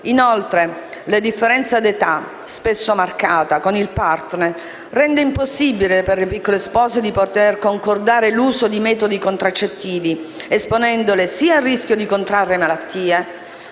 Inoltre, la differenza d'età - spesso marcata - con il *partner* rende impossibile per le piccole spose di poter concordare l'uso di metodi contraccettivi, esponendole al rischio sia di contrarre malattie